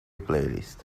playlist